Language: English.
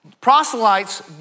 proselytes